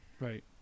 Right